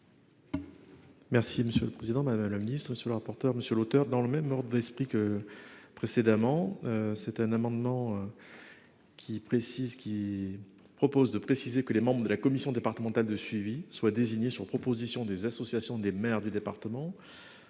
Merci, monsieur le Président Madame la Ministre sur le rapporteur monsieur l'auteur dans le même ordre d'esprit que précédemment. C'est un amendement. Qui précise qu'il propose de préciser que les membres de la commission départementale de suivi soit désigné sur proposition des associations des maires du département.